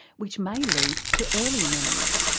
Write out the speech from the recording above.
which may lead to earlier memories.